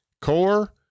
core